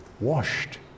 washed